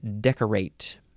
decorate